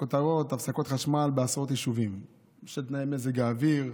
כותרות: הפסקות חשמל בעשרות יישובים בשל תנאי מזג האוויר,